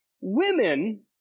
women